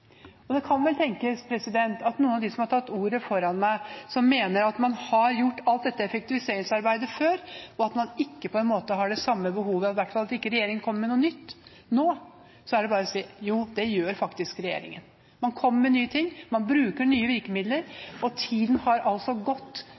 Det kan vel tenkes at noen av dem som har hatt ordet før meg, mener at man har gjort alt dette effektiviseringsarbeidet før, og at man ikke har det samme behovet – i hvert fall at regjeringen ikke kommer med noe nytt nå. Da er det bare å si: Jo, det gjør faktisk regjeringen, man kommer med nye ting, man bruker nye virkemidler.